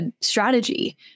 strategy